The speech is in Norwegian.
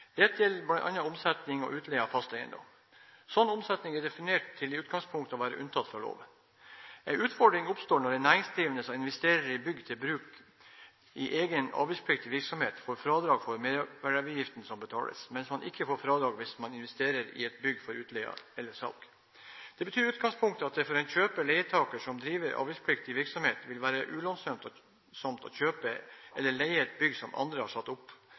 Dette gjelder bl.a. omsetning og utleie av fast eiendom. Slik omsetning er i utgangspunktet definert til å være unntatt fra loven. En utfordring oppstår når en næringsdrivende som investerer i bygg til bruk i egen avgiftspliktig virksomhet, får fradrag for merverdiavgiften som betales, mens man ikke får fradrag hvis man investerer i et bygg for utleie eller salg. Det betyr i utgangspunktet at det for en kjøper/leietaker som driver avgiftspliktig virksomhet, vil være ulønnsomt å kjøpe eller leie et bygg som andre har satt opp.